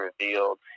revealed